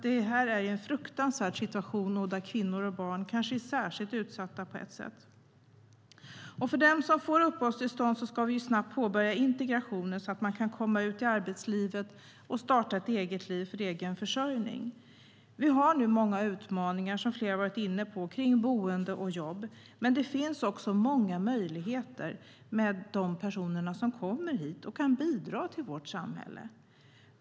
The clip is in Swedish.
Det är en fruktansvärd situation, där kvinnor och barn kanske på ett sätt är särskilt utsatta. För dem som får uppehållstillstånd ska vi snabbt påbörja integrationen så att de kan komma ut i arbetslivet och starta ett eget liv med egen försörjning. Som flera har varit inne på har vi nu många utmaningar kring boende och jobb. Men det finns också många möjligheter med de personer som kommer hit och kan bidra till vårt samhälle.